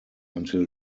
until